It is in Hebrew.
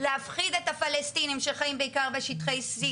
להפחיד את הפלסטינים שחיים בעיקר בשטחי C,